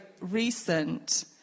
recent